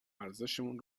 ارزشمون